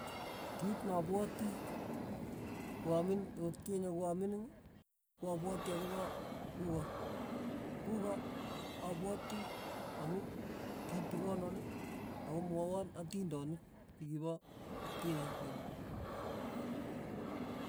Kit nopwoti ko amin otkinye ko amining ko apwati akopa kuko, kuko apwati amu kitikonon akomwai atindonik chikipa atkinye keny.